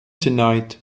tonight